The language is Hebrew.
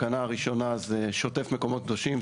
התקנה הראשונה זה שוטף מקומות קדושים,